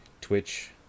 twitch